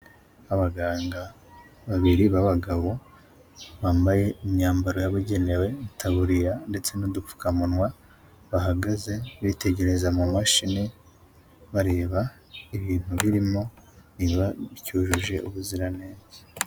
Abaganga babiri b'abagabo bambaye imyambaro yabugenewe, itaburiya ndetse n'udupfukamunwa, bahagaze bitegereza mu mashini bareba ibintu birimo bitujuje ubuziranenge.